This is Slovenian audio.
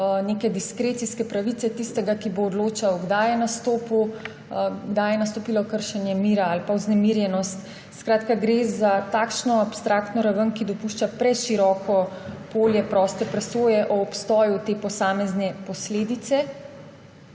neke diskrecijske pravice tistega, ki bo odločal, kdaj je nastopilo kršenje miru ali vznemirjenost. Skratka, gre za abstraktno raven, ki dopušča preširoko polje proste presoje o obstoju te posamezne posledice,